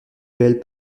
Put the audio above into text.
belle